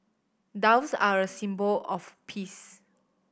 doves are a symbol of peace